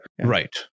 Right